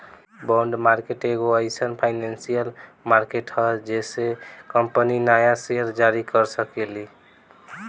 bond market एगो एईसन financial market ह जेइसे कंपनी न्या सेयर जारी कर सकेली